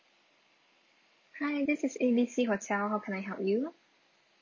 hi this is A B C hotel how can I help you